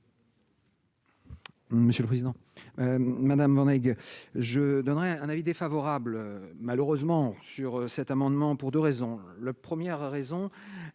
Monsieur le président, Madame Voynet, je donnerai un avis défavorable, malheureusement sur cet amendement pour 2 raisons : le 1er raison